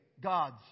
God's